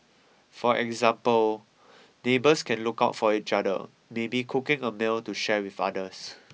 for example neighbours can look out for each other maybe cooking a meal to share with others